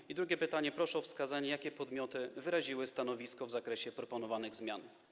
I drugie pytanie: Proszę o wskazanie, jakie podmioty wyraziły stanowisko w zakresie proponowanych zmian.